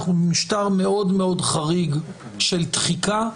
אנחנו משטר מאוד מאוד חריג של תחיקה,